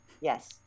Yes